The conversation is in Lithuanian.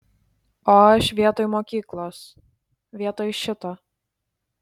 o aš vietoj mokyklos vietoj šito